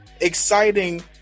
exciting